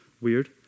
weird